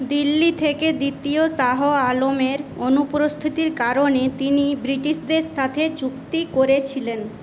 দিল্লি থেকে দ্বিতীয় শাহ আলমের অনুপস্থিতির কারণে তিনি ব্রিটিশদের সাথে চুক্তি করেছিলেন